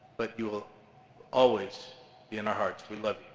but you will always be in our hearts. we love